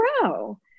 grow